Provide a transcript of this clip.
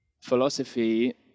Philosophy